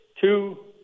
two